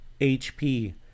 hp